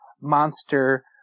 monster